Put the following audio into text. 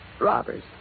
Robbers